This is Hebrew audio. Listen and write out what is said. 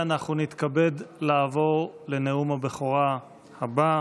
אנחנו נתכבד לעבור לנאום הבכורה הבא,